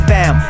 Bam